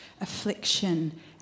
affliction